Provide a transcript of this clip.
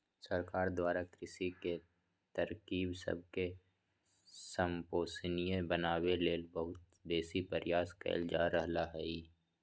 सरकार द्वारा कृषि के तरकिब सबके संपोषणीय बनाबे लेल बहुत बेशी प्रयास कएल जा रहल हइ